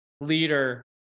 leader